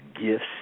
gifts